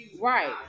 Right